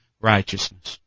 righteousness